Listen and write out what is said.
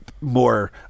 more